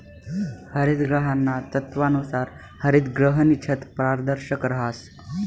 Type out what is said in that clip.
हरितगृहाना तत्वानुसार हरितगृहनी छत पारदर्शक रहास